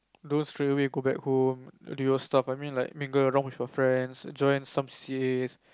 those straight away go back home do your stuffs I mean like mingle around with your friends and join some C_C_A